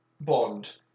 Bond